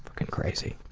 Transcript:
and crazy.